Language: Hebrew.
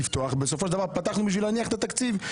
בסופו של דבר פתחנו בשביל להניח את התקציב.